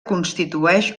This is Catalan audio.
constitueix